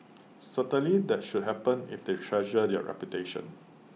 certainly that should happen if they treasure their reputation